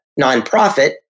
nonprofit